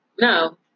No